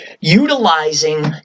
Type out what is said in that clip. utilizing